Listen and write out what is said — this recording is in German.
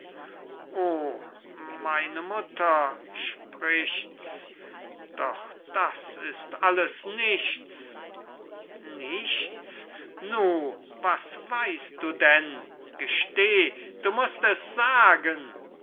o meine mutter sprichts doch das ist alles nichts nichts nu was weißt du denn gesteh du mußt es sagen